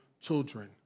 children